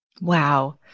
Wow